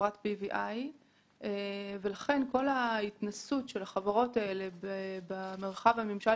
לכן כל ההתנסויות של החברות האלו במרחב הממשל